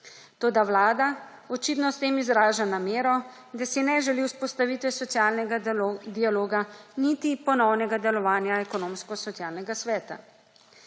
Toda vlada očitno s tem izraža namero, da si ne želi vzpostavitve socialnega dialoga, niti ponovnega delovanja Ekonomsko-socialnega sveta.